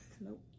Nope